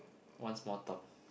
one small tub